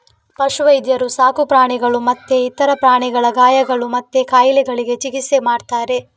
ಪಶು ವೈದ್ಯರು ಸಾಕು ಪ್ರಾಣಿಗಳು ಮತ್ತೆ ಇತರ ಪ್ರಾಣಿಗಳ ಗಾಯಗಳು ಮತ್ತೆ ಕಾಯಿಲೆಗಳಿಗೆ ಚಿಕಿತ್ಸೆ ಮಾಡ್ತಾರೆ